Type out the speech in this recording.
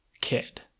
kid